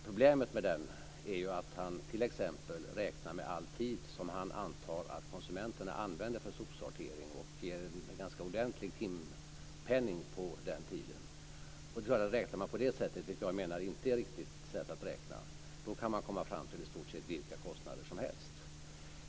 Problemet med den är att han t.ex. räknar med all tid som han antar att konsumenterna använder för sopsortering och lägger en ganska rejäl timpenning på den tiden. Om man räknar på det sättet - vilket jag menar inte är riktigt - kan man komma fram till i stort sett vilka kostnader som helst.